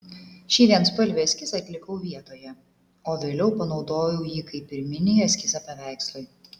šį vienspalvį eskizą atlikau vietoje o vėliau panaudojau jį kaip pirminį eskizą paveikslui